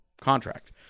contract